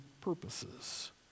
purposes